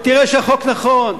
ותראה שהחוק נכון.